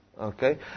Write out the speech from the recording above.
Okay